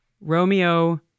romeo